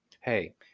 Hey